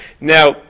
Now